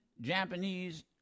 Japanese